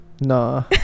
Nah